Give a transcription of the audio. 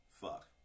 Fuck